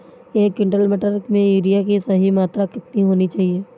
एक क्विंटल मटर में यूरिया की सही मात्रा कितनी होनी चाहिए?